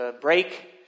break